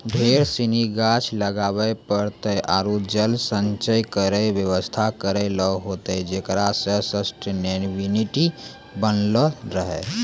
ढेर सिनी गाछ लगाबे पड़तै आरु जल संचय केरो व्यवस्था करै ल होतै जेकरा सें सस्टेनेबिलिटी बनलो रहे